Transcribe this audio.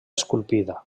esculpida